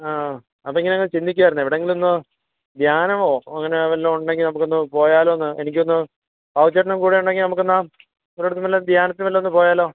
ആ അപ്പം ഇങ്ങനെ അങ്ങ് ചിന്തിക്കുകയായിരുന്നെ എവിടെയെങ്കിലും ഒന്ന് ധ്യാനമോ അങ്ങനെ വല്ലതും ഉണ്ടെങ്കിൽ നമുക്കൊന്ന് പോയാലോ എന്ന് എനിക്കൊന്ന് ബാബു ചേട്ടനും കൂടെ ഉണ്ടെങ്കിൽ നമുക്ക് എന്നാൽ വല്ലയിടത്തും വല്ല ധ്യാനത്തിന് വല്ലതും ഒന്ന് പോയാലോ